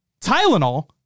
Tylenol